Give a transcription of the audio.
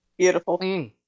beautiful